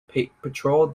patrol